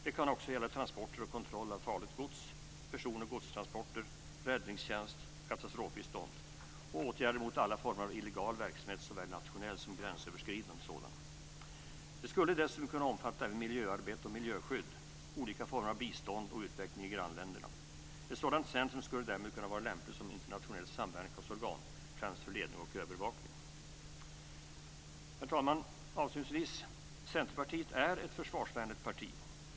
Det kan också gälla transporter och kontroll av farligt gods, person och godstransporter, räddningstjänst och katastrofbistånd samt åtgärder mot alla former av illegal verksamhet, såväl nationell som gränsöverskridande sådan. Det skulle dessutom kunna omfatta miljöarbete och miljöskydd, olika former av bistånd och utveckling i grannländerna. Ett sådant centrum skulle därmed vara lämpligt som internationellt samverkansorgan främst för ledning och övervakning. Herr talman! Centerpartiet är ett försvarsvänligt parti.